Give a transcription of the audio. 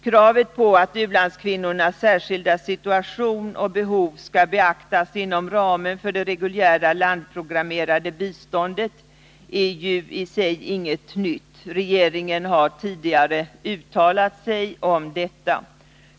Kraven på att u-landskvinnornas särskilda situation och behov skall beaktas inom ramen för det reguljära landsprogrammerade viståndet är ju i sig inget nytt. Regeringen har tidigare uttalat sig om detta.